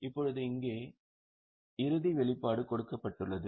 இப்போது இங்கே இறுதி வெளிப்பாடு கொடுக்கப்பட்டுள்ளது